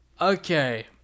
Okay